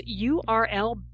URL